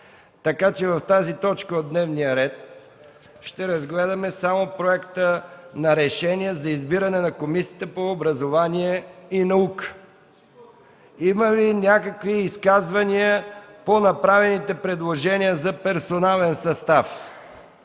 Така че в тази точка от дневния ред ще разгледаме само Проекта за решение за избиране на Комисията по образованието и науката. Има ли някакви изказвания по направените предложения за персонален състав?